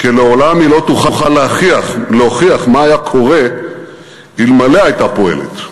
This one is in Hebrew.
כי לעולם היא לא תוכל להוכיח מה היה קורה אלמלא פעלה.